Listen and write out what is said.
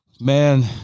Man